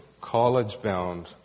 college-bound